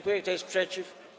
Kto jest przeciw?